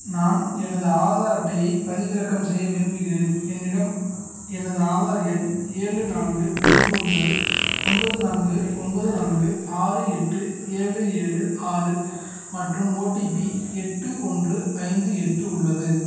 நான் எனது ஆதார் அட்டையைப் பதிவிறக்கம் செய்ய விரும்புகிறேன் என்னிடம் எனது ஆதார் எண் ஏழு நான்கு ஐந்து ஒன்பது ஒன்பது நான்கு ஒன்பது நான்கு ஆறு எட்டு ஏழு ஏழு ஆறு மற்றும் ஓடிபி எட்டு ஒன்று ஐந்து எட்டு உள்ளது